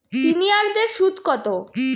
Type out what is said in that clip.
সিনিয়ারদের সুদ কত?